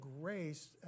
grace